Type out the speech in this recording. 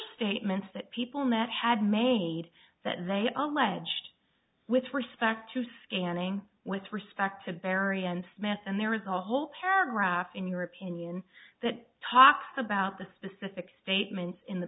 statements that people net had made that they are alleged with respect to scanning with respect to barry and smith and there is a whole paragraph in your opinion that talks about the specific statements in the